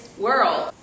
world